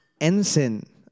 ensign